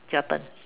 your turn